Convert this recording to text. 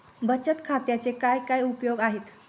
बचत खात्याचे काय काय उपयोग आहेत?